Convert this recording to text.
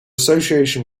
association